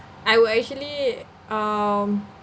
I will actually um